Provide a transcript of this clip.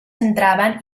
entraban